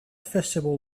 festival